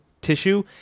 tissue